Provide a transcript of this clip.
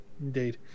Indeed